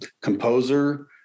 composer